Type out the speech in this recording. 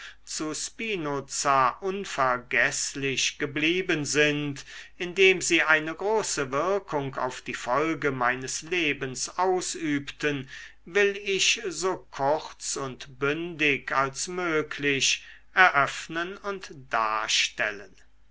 zu spinoza unvergeßlich geblieben sind indem sie eine große wirkung auf die folge meines lebens ausübten will ich so kurz und bündig als möglich eröffnen und darstellen